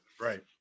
Right